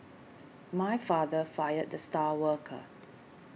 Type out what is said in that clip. my father fired the star worker